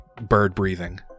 bird-breathing